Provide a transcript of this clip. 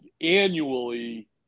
annually